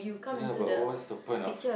ya but what's the point of